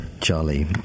Charlie